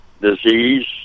disease